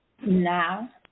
now